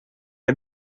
han